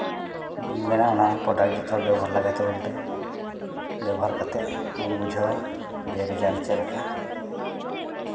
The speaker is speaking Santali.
ᱢᱮᱱᱟᱜᱼᱟ ᱚᱱᱟ ᱯᱨᱚᱰᱟᱠᱴ ᱡᱚᱛᱚ ᱦᱚᱲ ᱵᱮᱵᱚᱦᱟᱨ ᱞᱮᱜᱟᱭ ᱛᱟᱵᱚᱱ ᱯᱮ ᱵᱮᱵᱚᱦᱟᱨ ᱠᱟᱛᱮᱫ ᱵᱚᱱ ᱵᱩᱡᱷᱟᱹᱣᱟ ᱡᱮ ᱨᱮᱡᱟᱞᱴ ᱪᱮᱫ ᱞᱮᱠᱟ